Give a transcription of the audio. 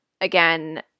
again